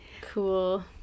Cool